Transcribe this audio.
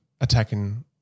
attacking